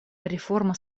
реформа